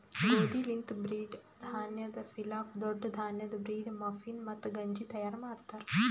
ಗೋದಿ ಲಿಂತ್ ಬ್ರೀಡ್, ಧಾನ್ಯದ್ ಪಿಲಾಫ್, ದೊಡ್ಡ ಧಾನ್ಯದ್ ಬ್ರೀಡ್, ಮಫಿನ್, ಮತ್ತ ಗಂಜಿ ತೈಯಾರ್ ಮಾಡ್ತಾರ್